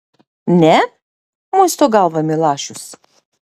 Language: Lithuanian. ne muisto galvą milašius